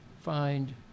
find